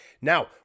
Now